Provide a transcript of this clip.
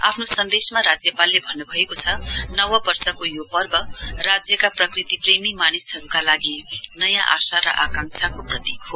आफ्नो सन्देशमा राज्यपालले भन्नुभएको छ नव वर्षको यो पर्व राज्यका प्रकृति प्रेमी मानिसहरुका लागि नयाँ आशा र आकांक्षाको प्रतीक हो